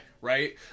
Right